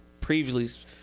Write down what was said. previously